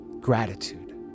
gratitude